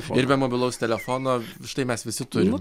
ir be mobilaus telefono štai mes visi turim